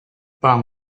palm